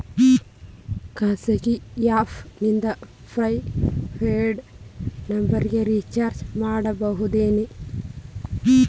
ಖಾಸಗಿ ಆ್ಯಪ್ ನಿಂದ prepaid ನಂಬರಿಗ ರೇಚಾರ್ಜ್ ಮಾಡಬಹುದೇನ್ರಿ?